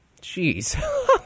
Jeez